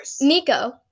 Nico